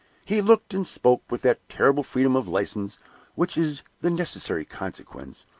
he looked and spoke with that terrible freedom of license which is the necessary consequence,